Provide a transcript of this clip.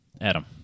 Adam